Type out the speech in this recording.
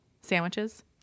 sandwiches